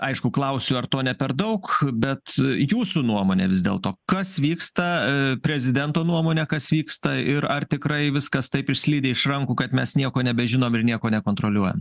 aišku klausiu ar to ne per daug bet jūsų nuomone vis dėlto kas vyksta prezidento nuomone kas vyksta ir ar tikrai viskas taip išslydę iš rankų kad mes nieko nebežinom ir nieko nekontroliuojam